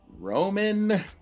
Roman